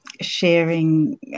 sharing